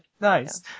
Nice